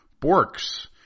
Borks